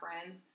friends